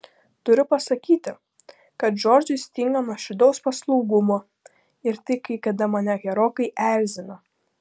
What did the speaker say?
turiu pasakyti kad džordžui stinga nuoširdaus paslaugumo ir tai kai kada mane gerokai erzina